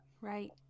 Right